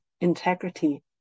integrity